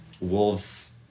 wolves